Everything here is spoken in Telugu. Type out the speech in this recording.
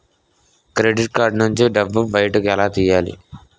క్రెడిట్ కార్డ్ నుంచి డబ్బు బయటకు ఎలా తెయ్యలి?